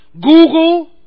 Google